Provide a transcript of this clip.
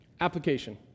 Application